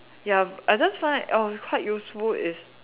ya I just find oh quite useful is